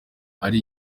ari